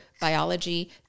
biology